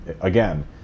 again